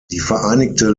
vereinigte